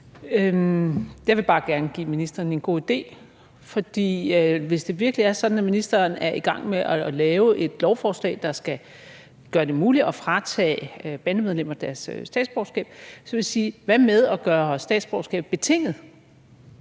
Jeg vil bare gerne give ministeren en god idé, for hvis det virkelig er sådan, at ministeren er i gang med at lave et lovforslag, der skal gøre det muligt at fratage bandemedlemmer deres statsborgerskab, så vil jeg sige: Hvad med at gøre statsborgerskab betinget?